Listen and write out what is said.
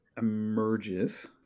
emerges